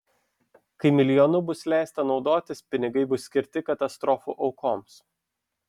kai milijonu bus leista naudotis pinigai bus skirti katastrofų aukoms